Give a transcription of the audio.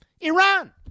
Iran